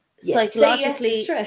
psychologically